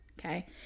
okay